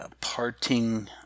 parting